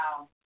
wow